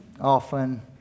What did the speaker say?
often